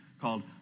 called